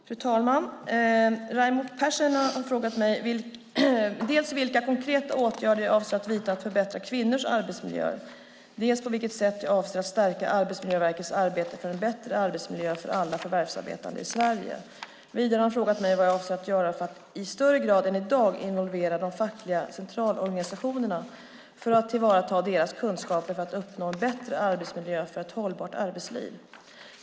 Fru talman! Raimo Pärssinen har frågat mig dels vilka konkreta åtgärder jag avser att vidta för att förbättra kvinnors arbetsmiljöer, dels på vilket sätt jag avser att stärka Arbetsmiljöverkets arbete för en bättre arbetsmiljö för alla förvärvsarbetande i Sverige. Vidare har han frågat mig vad jag avser att göra för att i större grad än i dag involvera de fackliga centralorganisationerna för att tillvarata deras kunskaper för att uppnå en bättre arbetsmiljö för ett hållbart arbetsliv.